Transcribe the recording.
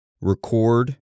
record